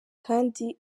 kandi